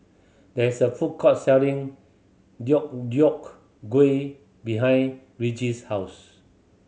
there is a food court selling Deodeok Gui behind Regis' house